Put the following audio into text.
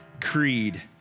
creed